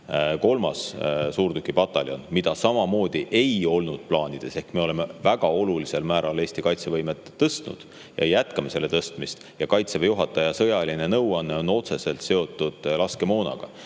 kolmas suurtükiväepataljon, mida samamoodi ei olnud plaanides. Ehk me oleme väga olulisel määral Eesti kaitsevõimet tõstnud ja jätkame selle tõstmist. Kaitseväe juhataja sõjaline nõuanne on otseselt seotud laskemoonaga.